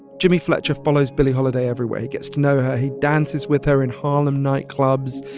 jimmy fletcher follows billie holiday everywhere. he gets to know her. he dances with her in harlem nightclubs.